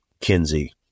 Kinsey